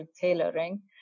tailoring